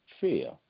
fear